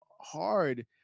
hard